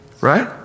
right